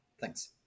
Thanks